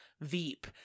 Veep